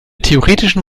theoretischen